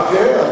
אז חכה.